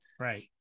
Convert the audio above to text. Right